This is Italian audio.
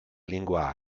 lingua